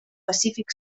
pacífic